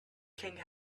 king